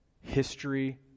history